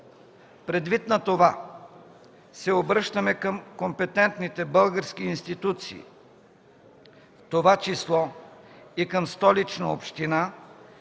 Предвид на това се обръщаме към компетентните български институции, в това число и към Столична община,